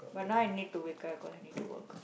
but now I need to wake up cause I need to work